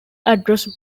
address